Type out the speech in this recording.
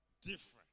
Different